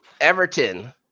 Everton